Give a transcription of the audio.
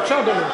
בבקשה, אדוני.